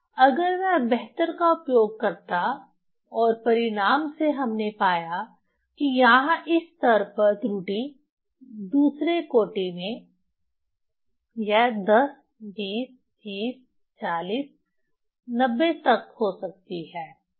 अगर वह बेहतर का प्रयोग करता और परिणाम से हमने पाया कि यहाँ इस स्तर पर त्रुटि दूसरे कोटि में यह 10 20 30 40 90 तक हो सकती है त्रुटि